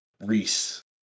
Reese